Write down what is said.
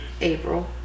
April